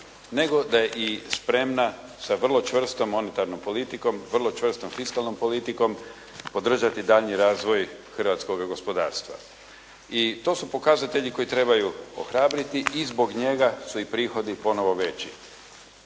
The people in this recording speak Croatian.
nego da je i spremna sa vrlo čvrstom monetarnom politikom, vrlo čvrstom fiskalnom politikom podržati daljnji razvoj hrvatskoga gospodarstva. I to su pokazatelji koji trebaju ohrabriti i zbog njega su i prihodi ponovo veći.